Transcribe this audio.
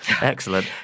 Excellent